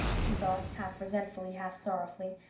she thought, half-resentfully, half-sorrowfully,